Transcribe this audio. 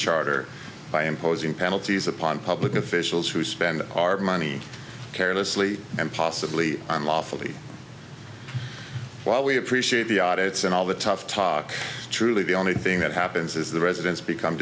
charter by imposing penalties upon public officials who spend our money carelessly and possibly unlawfully while we appreciate the audits and all the tough talk truly the only thing that happens is the residents become